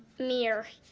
meir,